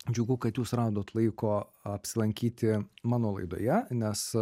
džiugu kad jūs radot laiko apsilankyti mano laidoje nes